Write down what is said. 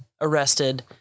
arrested